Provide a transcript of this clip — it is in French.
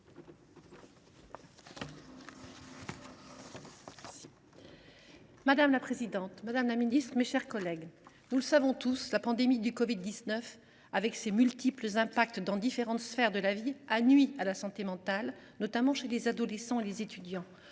Madame la présidente, madame la ministre, mes chers collègues, nous le savons tous, la pandémie de covid 19, avec ses multiples impacts dans différentes sphères de la vie, a nui à la santé mentale, notamment celle des adolescents et des étudiants